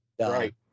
right